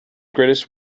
greatest